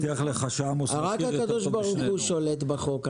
מבטיח לך שעמוס מכיר את החוק --- רק הקדוש ברוך הוא שולט בחוק.